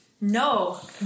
No